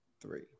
three